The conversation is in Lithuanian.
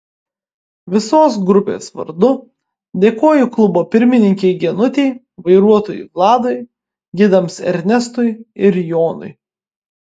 visos grupės vardu dėkoju klubo pirmininkei genutei vairuotojui vladui gidams ernestui ir jonui